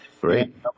great